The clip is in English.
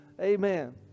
Amen